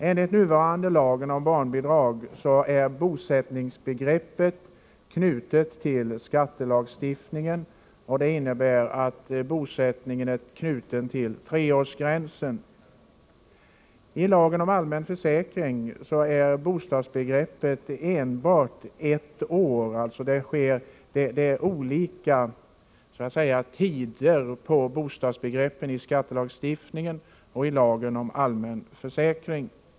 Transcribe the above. Enligt den nuvarande lagen om barnbidrag är bosättningsbegreppet knutet till skattelagstiftningen. Det innebär en knytning av bosättningsbegreppet till treårsgränsen. I lagen om allmän försäkring gäller för bosättningsbegreppet en gräns på enbart ett år. Olika tider gäller alltså för bosättningsbegreppet i skattelagstiftningen och i lagen om allmän försäkring.